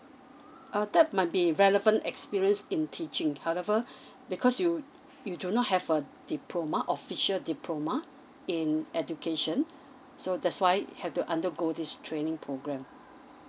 err third might be relevant experience in teaching however because you you do not have a diploma official diploma in education so that's why have to undergo this training program